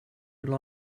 would